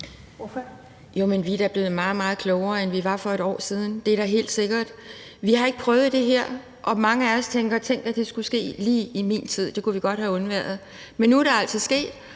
(DF): Jo, men vi er da blevet meget, meget klogere, end vi var for et år siden – det er da helt sikkert. Vi har ikke prøvet det her, og mange af os tænker: Tænk, at det skulle ske lige i min tid. Det kunne vi godt have undværet. Men nu er det altså sket,